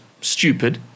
stupid